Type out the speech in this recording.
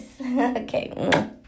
okay